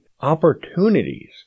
opportunities